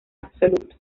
absoluto